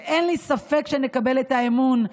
אין לי ספק שנקבל את האמון,